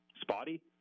spotty